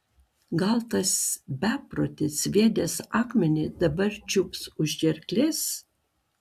gal tas beprotis sviedęs akmenį dabar čiups už gerklės